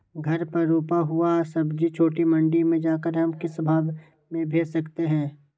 घर पर रूपा हुआ सब्जी छोटे मंडी में जाकर हम किस भाव में भेज सकते हैं?